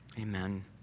Amen